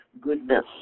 goodness